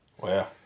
Wow